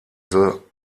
the